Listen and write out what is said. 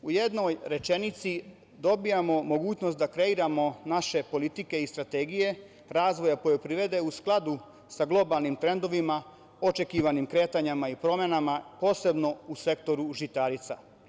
U jednoj rečenici, dobijamo mogućnost da kreiramo naše politike i strategije razvoja poljoprivrede u skladu sa globalnim trendovima, očekivanim kretanjima i promenama, posebno u sektoru žitarica.